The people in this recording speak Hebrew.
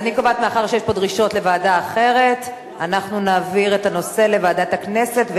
אני קובעת שהצעת החוק עברה את הקריאה הטרומית והיא תעבור לוועדת החוקה,